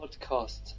podcast